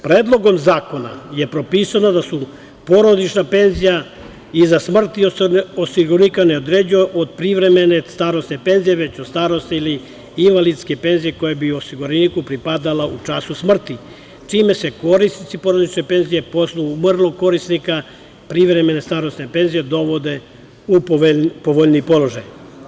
Predlogom zakona je propisano da se porodična penzija iza smrti osiguranika ne određuje od privremene starosne penzije, već od starosti ili invalidske penzije koja bi osiguraniku pripadala u času smrti, čime se korisnici porodične penzije po osnovu umrlog korisnika privremene starosne penzije dovode u povoljniji položaj.